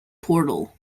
portal